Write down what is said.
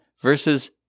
versus